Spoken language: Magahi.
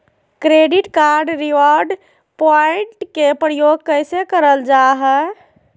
क्रैडिट कार्ड रिवॉर्ड प्वाइंट के प्रयोग कैसे करल जा है?